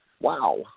Wow